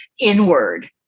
inward